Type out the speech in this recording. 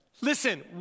Listen